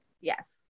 Yes